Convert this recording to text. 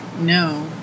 No